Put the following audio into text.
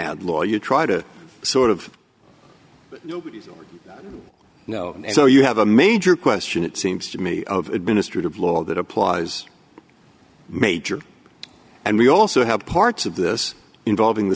ad law you try to sort of know and so you have a major question it seems to me of administrative law that applies major and we also have parts of this involving the